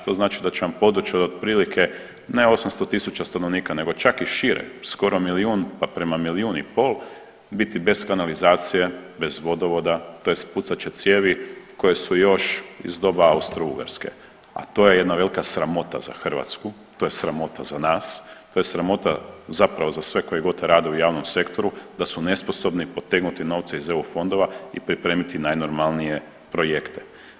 To znači da će vam područja do otprilike ne 800.000 stanovnika nego čak i šire skoro milijun pa prema milijun i pol biti bez kanalizacije, bez vodovoda tj. pucat će cijevi koje su još iz doba Austro-Ugarske, a to je jedna velika sramota za Hrvatsku, to je sramota za nas, to je sramota zapravo za sve koji god rade u javnom sektoru da su nesposobni potegnuti novce iz eu fondova i pripremiti najnormalnije projekte.